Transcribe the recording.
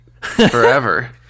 forever